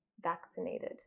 vaccinated